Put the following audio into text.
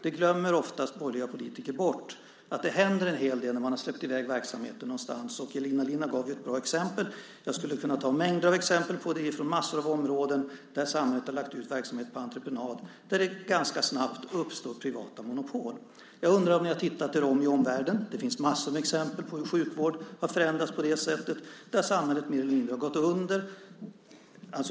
Borgerliga politiker glömmer ofta bort att det händer en hel del när man har släppt i väg verksamheten någonstans. Elina Linna gav ju ett bra exempel. Jag skulle kunna ta mängder av exempel på det från massor av områden där samhället har lagt ut verksamhet på entreprenad och där det ganska snabbt uppstår privata monopol. Jag undrar om ni har tittat er om i omvärlden. Det finns massor med exempel på att sjukvård har förändrats på det sättet, där samhället mer eller mindre har gått under.